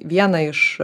vieną iš